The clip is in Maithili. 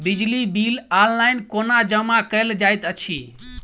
बिजली बिल ऑनलाइन कोना जमा कएल जाइत अछि?